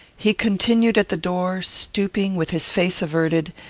he continued at the door stooping, with his face averted,